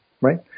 Right